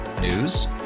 News